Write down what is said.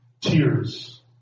Tears